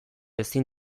ezin